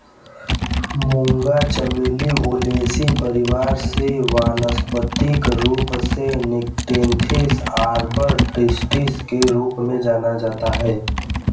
मूंगा चमेली ओलेसी परिवार से वानस्पतिक रूप से निक्टेन्थिस आर्बर ट्रिस्टिस के रूप में जाना जाता है